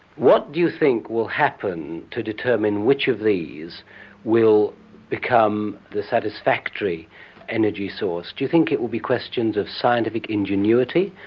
what do you think will happen to determine which of these will become the satisfactory energy source? do think it will be questions of scientific ingenuity.